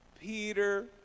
Peter